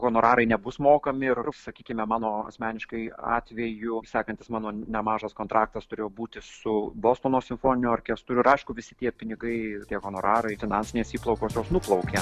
honorarai nebus mokami ir sakykime mano asmeniškai atveju sekantis mano nemažas kontraktas turėjo būti su bostono simfoniniu orkestru ir aišku visi tie pinigai tie honorarai finansinės įplaukos jos nuplaukia